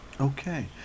Okay